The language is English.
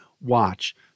watch